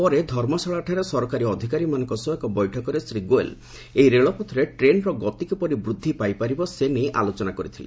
ପରେ ଧର୍ମଶାଳାଠାରେ ସରକାରୀ ଅଧିକାରୀମାନଙ୍କ ସହ ଏକ ବୈଠକରେ ଶ୍ରୀ ଗୋୟଲ୍ ଏହି ରେଳପଥରେ ଟ୍ରେନ୍ର ଗତି କିପରି ବୃଦ୍ଧି ପାଇପାରିବ ସେ ନେଇ ଆଲୋଚନା କରିଥିଲେ